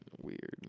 weird